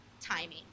timing